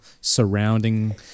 surrounding